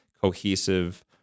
cohesive